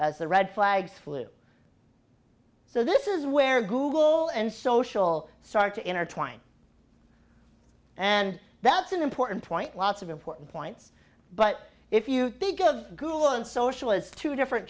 the red flags flew so this is where google and social start to intertwine and that's an important point lots of important points but if you think of google and social as two different